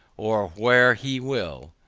or where he will,